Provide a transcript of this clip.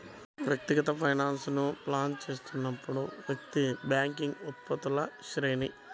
వ్యక్తిగత ఫైనాన్స్లను ప్లాన్ చేస్తున్నప్పుడు, వ్యక్తి బ్యాంకింగ్ ఉత్పత్తుల శ్రేణి